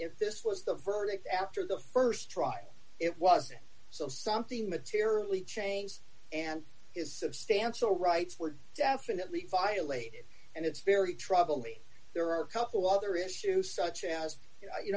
if this was the verdict after the st try it wasn't so something materially changed and is substantial rights were definitely violated and it's very troubling there are a couple other issues such as you